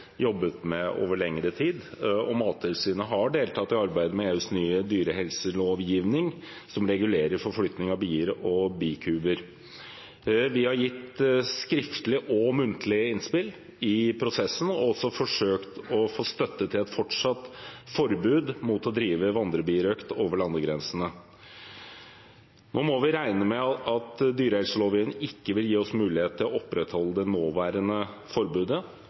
deltatt i arbeidet med EUs nye dyrehelselovgivning, som regulerer forflytning av bier og bikuber. Vi har gitt skriftlige og muntlige innspill i prosessen og også forsøkt å få støtte til et fortsatt forbud mot å drive vandrebirøkt over landegrensene. Nå må vi regne med at dyrehelselovgivningen ikke vil gi oss mulighet til å opprettholde det nåværende forbudet,